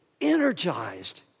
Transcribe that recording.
energized